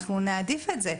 אנחנו נעדיף את זה.